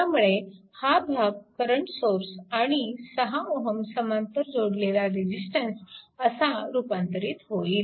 त्यामुळे हा भाग करंट सोर्स आणि 6Ω समांतर जोडलेला रेजिस्टन्स असा रूपांतरित होईल